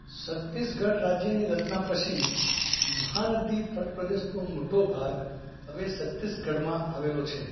છત્તીસગઢ રાજ્યની રચના પછી મહાનદી તટ પ્રદેશનો મોટો ભાગ હવે છત્તીસગઢમાં આવેલો છે